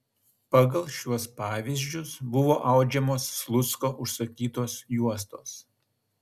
pagal šiuos pavyzdžius buvo audžiamos slucko užsakytos juostos